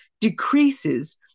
decreases